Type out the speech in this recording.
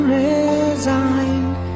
resigned